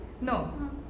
No